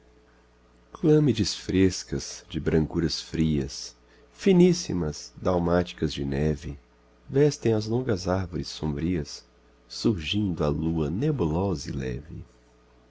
clâmides frescas de brancuras frias finíssimas dalmáticas de neve vestem as longas arvores sombrias surgindo a lua nebulosa e leve